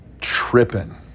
tripping